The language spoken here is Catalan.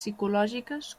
psicològiques